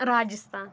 Rajasthan